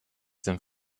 dem